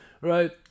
right